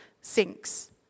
sinks